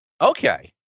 Okay